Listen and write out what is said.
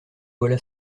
voilà